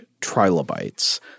trilobites